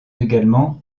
également